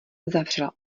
zavřela